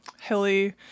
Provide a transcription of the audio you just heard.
hilly